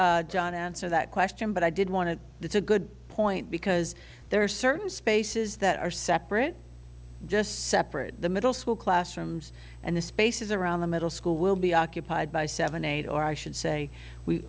that john answer that question but i did want to that's a good point because there are certain spaces that are separate just separate the middle school classrooms and the spaces around the middle school will be occupied by seven eight or i should say we